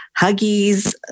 Huggies